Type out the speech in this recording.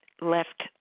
left